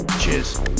cheers